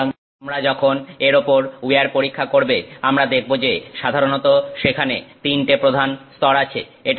সুতরাং তোমরা যখন এর উপর উইয়ার পরীক্ষা করবে আমরা দেখব যে সাধারণত সেখানে তিনটে প্রধান স্তর আছে